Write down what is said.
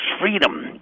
Freedom